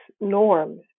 norms